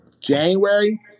January